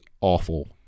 awful